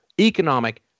economic